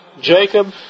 Jacob